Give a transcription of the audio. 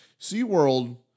SeaWorld